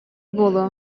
буолуо